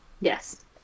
Yes